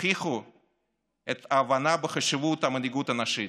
הוכיחו את ההבנה של חשיבות המנהיגות הנשית